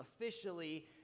officially